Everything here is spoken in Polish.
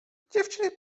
dziewczyny